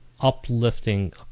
uplifting